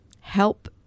help